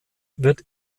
wird